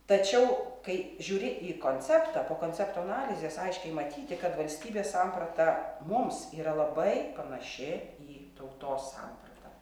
tačiau kai žiūri į konceptą po koncepto analizės aiškiai matyti kad valstybės samprata mums yra labai panaši į tautos sampratą